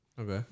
Okay